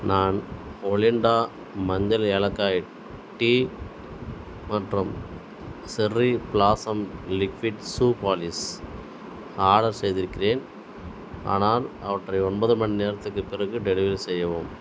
நான் ஒலிண்டா மஞ்சள் ஏலக்காய் டீ மற்றும் cherry blossom liquid shoe polish order செய்திருக்கிறேன் ஆனால் அவற்றை ஒன்பது மணி நேரத்துக்குப் பிறகு டெலிவரி செய்யவும்